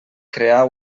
crear